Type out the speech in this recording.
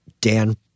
Dan